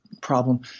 problem